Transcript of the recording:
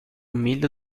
milho